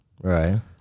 Right